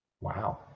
Wow